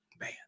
Man